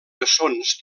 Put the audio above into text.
bessons